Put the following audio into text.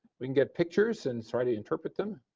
i mean get pictures and try to interpret them,